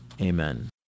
Amen